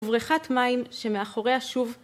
ובריכת מים שמאחוריה שוב